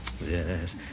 Yes